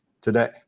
today